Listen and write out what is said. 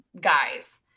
guys